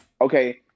Okay